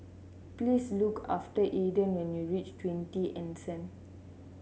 please look after Alden when you reach Twenty Anson